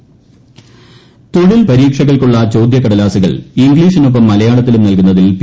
C പരീക്ഷ തൊഴിൽ പരീക്ഷകൾക്കുള്ള ചോദ്യക്ക്ടലാസുകൾ ഇംഗ്ലീഷിനൊപ്പം മലയാളത്തിലും നൽകുന്നതിൽ പി